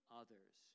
others